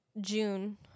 June